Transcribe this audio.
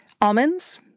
almonds